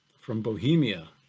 from bohemia,